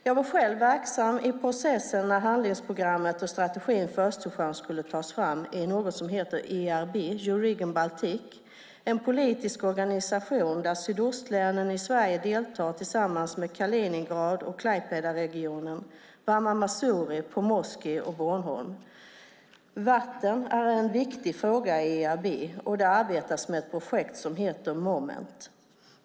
Jag var själv verksam i processen när handlingsprogrammet och strategin för Östersjön skulle tas fram i något som heter ERB, Euroregion Baltic, som är en politisk organisation där sydostlänen i Sverige deltar tillsammans med Kaliningrad och Klaipedaregionen, Warmia-Mazury, Pomorze och Bornholm. Vatten är en viktig fråga i ERB, och det arbetas med ett projekt som heter Moment.